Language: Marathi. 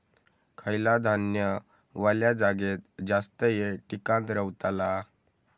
खयला धान्य वल्या जागेत जास्त येळ टिकान रवतला?